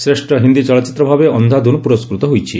ଶ୍ରେଷ୍ଠ ହିନ୍ଦୀ ଚଳଚ୍ଚିତ୍ର ଭାବେ ଅକ୍ଷାଧିନ ପ୍ରରସ୍କୃତ ହୋଇଛି